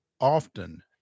often